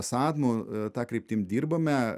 sadmu ta kryptim dirbame